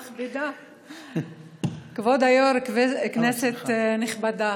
כבוד היושב-ראש, כנסת נכבדה,